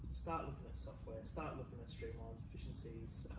start looking at software, start looking at streamline efficiencies.